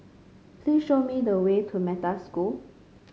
please show me the way to Metta School